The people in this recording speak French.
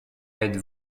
êtes